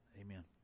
amen